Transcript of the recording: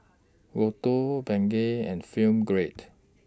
Lotto Bengay and Film Grade